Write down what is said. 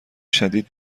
شدید